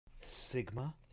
Sigma